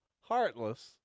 heartless